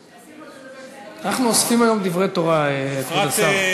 עשויה להביא לעיכוב ואף לסיכול פרויקטים חשובים אלה.